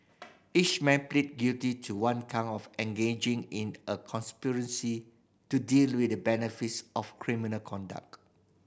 each man pleaded guilty to one count of engaging in a conspiracy to deal with the benefits of criminal conduct